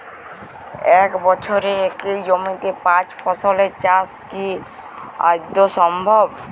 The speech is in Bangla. এক বছরে একই জমিতে পাঁচ ফসলের চাষ কি আদৌ সম্ভব?